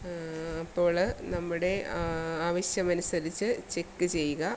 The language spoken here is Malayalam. അപ്പോൾ നമ്മുടെ ആവശ്യമനുസരിച്ച് ചെക്ക് ചെയ്യുക